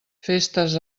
festes